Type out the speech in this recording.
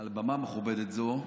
על במה מכובדת זו,